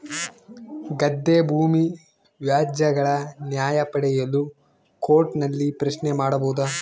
ಗದ್ದೆ ಭೂಮಿ ವ್ಯಾಜ್ಯಗಳ ನ್ಯಾಯ ಪಡೆಯಲು ಕೋರ್ಟ್ ನಲ್ಲಿ ಪ್ರಶ್ನೆ ಮಾಡಬಹುದಾ?